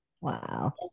Wow